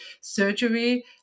surgery